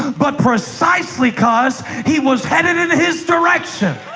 but precisely cause he was headed in his direction